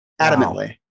Adamantly